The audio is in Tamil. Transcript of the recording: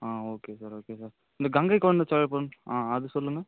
ஆ ஓகே சார் ஓகே சார் இந்த கங்கை கொண்ட சோழபுரம் ஆ அது சொல்லுங்கள்